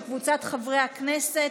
וקבוצת חברי הכנסת.